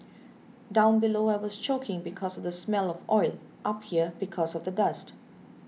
down below I was choking because the smell of oil up here because of the dust